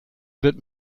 wird